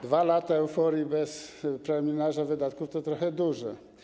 2 lata euforii bez preliminarza wydatków to trochę dużo.